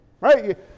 right